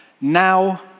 now